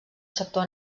sector